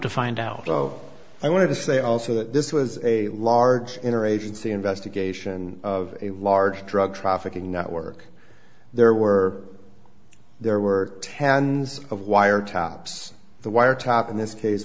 to find out so i want to say also that this was a large inner agency investigation of a large drug trafficking network there were there were tens of wire taps the wiretap in this case